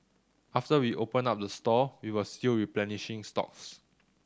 after we opened up the store we were still replenishing stocks